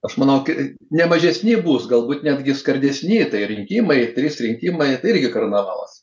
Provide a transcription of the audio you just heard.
aš manau ki ne mažesni bus galbūt netgi skardesni tai rinkimai trys rinkimai irgi karnavalas